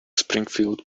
springfield